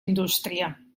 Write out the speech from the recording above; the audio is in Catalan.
indústria